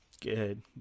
Good